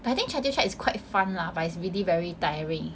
but I think chatuchak is quite fun lah but it's really very tiring